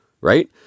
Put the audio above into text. right